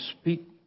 speak